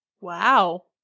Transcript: wow